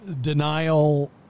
denial